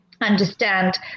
understand